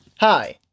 Hi